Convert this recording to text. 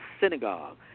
synagogue